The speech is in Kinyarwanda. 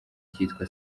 cyitwa